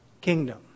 Kingdom